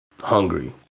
hungry